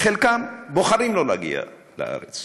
חלקם בוחרים שלא להגיע לארץ